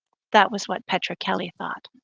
that was what petra kelly thought.